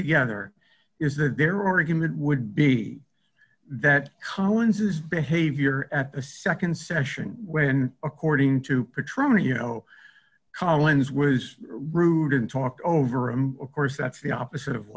together is that their argument would be that collins is behavior at the nd session when according to patrolman you know collins was rude and talked over and of course that's the opposite of